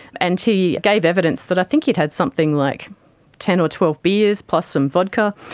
and he gave evidence that i think he'd had something like ten or twelve beers plus some vodka,